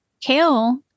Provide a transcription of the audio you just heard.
kale